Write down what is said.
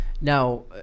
Now